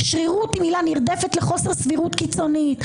שרירות היא מילה נרדפת לחוסר סבירות קיצונית.